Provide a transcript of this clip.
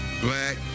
black